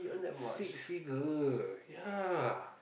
six figure ya